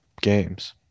games